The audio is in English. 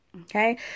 Okay